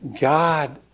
God